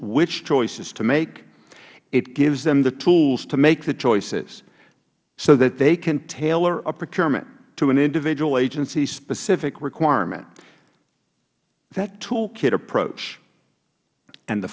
which choices to make it gives them the tools to make the choices so that they can tailor a procurement to an individual agencys specific requirement that tool kit approach and the